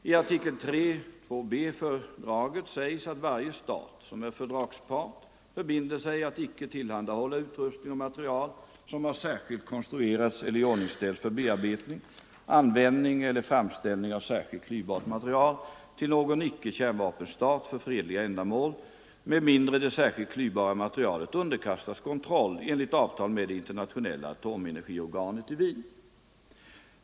I artikel III:2 b fördraget sägs att varje stat som är fördragspart förbinder sig att icke tillhandahålla utrustning och material som har särskilt konstruerats eller iordningställts för bearbetning, användning eller framställning av särskilt klyvbart material till någon icke-kärnvapenstat för fredliga ändamål med mindre det särskilt klyvbara materialet underkastas kontroll enligt avtal med det internationella atomenergiorganet i Wien .